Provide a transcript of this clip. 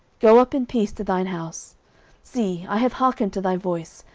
go up in peace to thine house see, i have hearkened to thy voice,